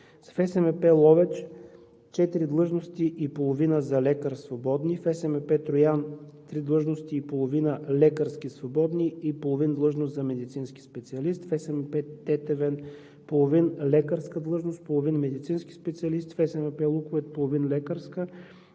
(ФСМП) – Ловеч, четири длъжности и половина за лекар, в ФСМП – Троян, три длъжности и половина лекарски и половин длъжност за медицински специалист, в ФСМП – Тетевен, половин лекарска длъжност, половин медицински специалист, в ФСМП – Луковит, половин лекарска,